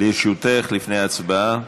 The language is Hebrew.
לרשותך לפני ההצבעה.